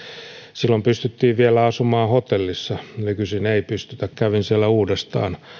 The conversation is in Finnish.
silloin pystyttiin vielä asumaan hotellissa nykyisin ei pystytä kävin siellä uudestaan